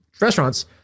restaurants